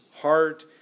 heart